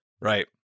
Right